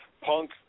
Punk